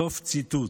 סוף ציטוט.